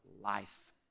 life